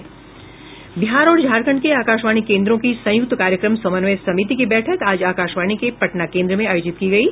बिहार और झारखंड के आकाशवाणी केन्द्रों की संयुक्त कार्यक्रम समन्वय समिति की बैठक आज आकाशवाणी के पटना केन्द्र में आयोजित की गयी